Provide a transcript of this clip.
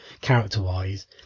character-wise